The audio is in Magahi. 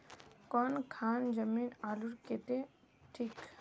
कौन खान जमीन आलूर केते ठिक?